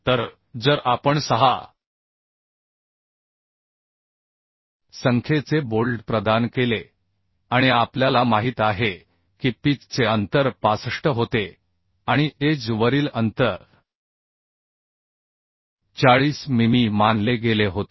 तर जर आपण 6 संख्येचे बोल्ट प्रदान केले आणि आपल्याला माहित आहे की पिच चे अंतर 65 होते आणि एज वरील अंतर 40 मिमी मानले गेले होते